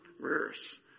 verse